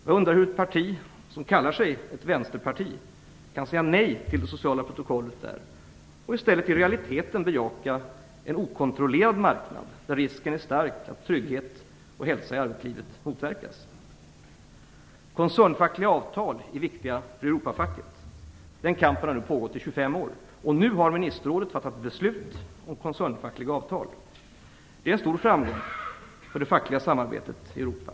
Jag undrar hur ett parti som kallar sig ett vänsterparti kan säga nej till det sociala protokollet och i stället i realiteten bejaka en okontrollerad marknad, där risken är stor att trygghet och hälsa i arbetslivet motverkas? Koncernfackliga avtal är viktiga för Europafacket. Kampen för sådana har nu pågått i 25 år. Nu har ministerrådet fattat ett beslut om koncernfackliga avtal. Det är en stor framgång för det fackliga samarbetet i Europa.